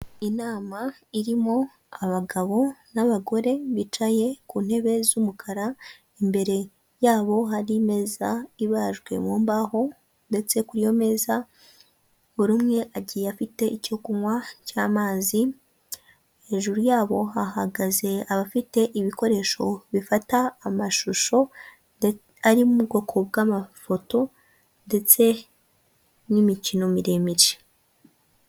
Umuhanda munini uri kunyurwamo n'imodoka ifite amabara y'ubururu n'umweru ndetse n'umukara hafi yayo hari ibiti byiganjemo imikindo idufasha kuyungurura umwuka duhumeka.